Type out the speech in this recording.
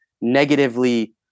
negatively